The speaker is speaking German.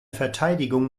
verteidigung